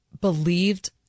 believed